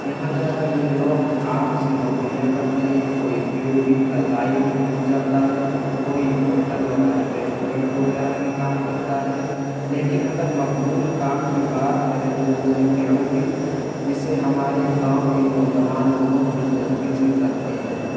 یہاں جاکر یہ لوگ عام سی نوکریاں کرتے ہیں کوئی پی او پی کا لائن میں گھس جاتا ہے تو کوئی ہوٹل وغیرہ ریسٹورینٹ وغیرہ میں کام کرتا ہے لیکن اگر مقبول کام کی بات کریں تو وہ ہے پی او پی جسے ہمارے گاؤں کے نوجوان بہت دلچسپی سے کرتے ہیں